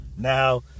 Now